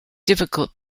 difficult